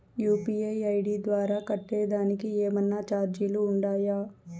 UPI ID ద్వారా కట్టేదానికి ఏమన్నా చార్జీలు ఉండాయా?